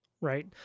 right